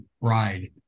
ride